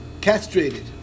castrated